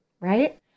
Right